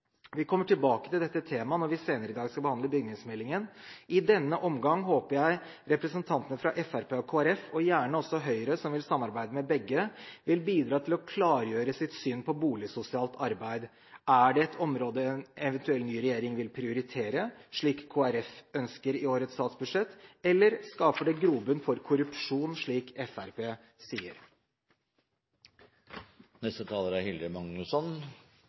Vi kommer tilbake til dette temaet når vi senere i dag skal behandle bygningsmeldingen. I denne omgang håper jeg representantene fra Fremskrittspartiet og Kristelig Folkeparti, og gjerne også Høyre, som vil samarbeide med begge, vil bidra til å klargjøre sitt syn på boligsosialt arbeid. Er det et område en eventuell ny regjering vil prioritere, slik Kristelig Folkeparti ønsker i årets statsbudsjett, eller skaper det grobunn for korrupsjon, slik